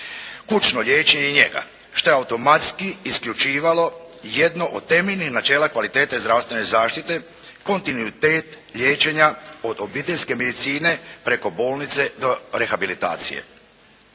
kućno liječenje i njega što je automatski isključivalo jedno od temeljnih načela kvalitete zdravstvene zaštite, kontinuitet liječenja od obiteljske medicine preko bolnice do rehabilitacije.